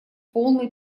полной